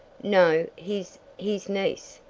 no, his his niece,